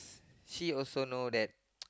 she also know that